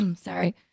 sorry